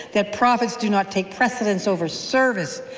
that profits do not take precedence over service,